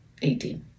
18